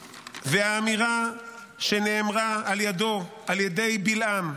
והאמירה שנאמרה על ידו, על ידי בלעם: